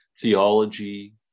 theology